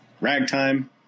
Ragtime